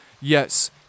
Yes